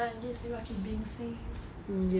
but at least you are keeping safe